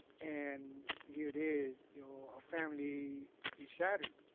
and here it is, you know, a family is shattered.